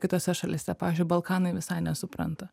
kitose šalyse pavyzdžiui balkanai visai nesupranta